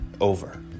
over